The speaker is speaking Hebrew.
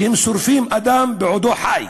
שהם שורפים אדם בעודו חי.